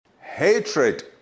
Hatred